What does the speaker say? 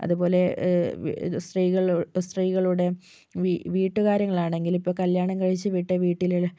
അതുപോലെ സ്ത്രീകളുടെ വീട്ടുകാര്യങ്ങളാണെങ്കിലും ഇപ്പോൾ കല്ല്യാണം കഴിച്ച് വിട്ട വീട്ടിലെ